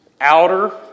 outer